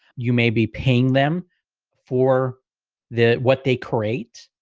you may be paying them for that what they create.